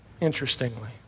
interestingly